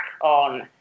on